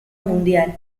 mundial